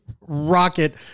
rocket